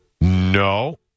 No